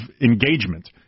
engagement